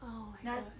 oh 会很